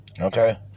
Okay